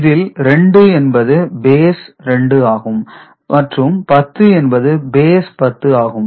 இதில் 2 என்பது பேஸ் 2 ஆகும் மற்றும் 10 என்பது பேஸ் 10 ஆகும்